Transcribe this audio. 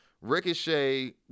Ricochet